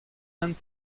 hent